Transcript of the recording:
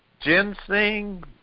ginseng